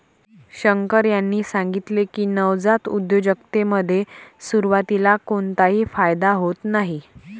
शंकर यांनी सांगितले की, नवजात उद्योजकतेमध्ये सुरुवातीला कोणताही फायदा होत नाही